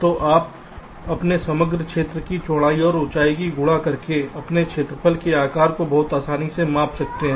तो आप अपने समग्र क्षेत्र की चौड़ाई और ऊंचाई की गुणा करके अपने क्षेत्रफल के आकार को बहुत आसानी से माप सकते हैं